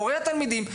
הורי התלמידים,